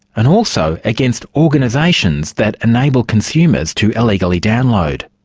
and also against organisations that enable consumers to illegally download.